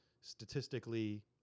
statistically